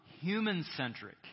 human-centric